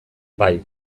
bai